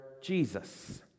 Jesus